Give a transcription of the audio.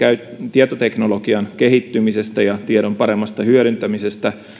tietoteknologian kehittymisestä ja tiedon paremmasta hyödyntämisestä